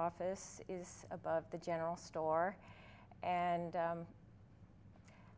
office is above the general store and